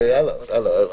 הלאה.